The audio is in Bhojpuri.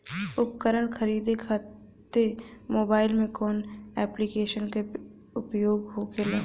उपकरण खरीदे खाते मोबाइल में कौन ऐप्लिकेशन का उपयोग होखेला?